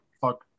fuck